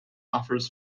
offers